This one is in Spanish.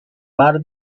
mar